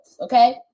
okay